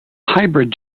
hybrid